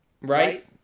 Right